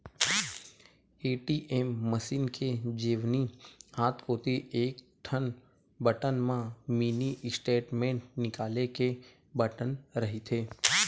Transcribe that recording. ATM machine के जेवनी हाथ कोती एकठन बटन म मिनी स्टेटमेंट निकाले के बटन रहिथे